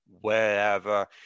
wherever